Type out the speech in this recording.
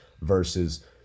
versus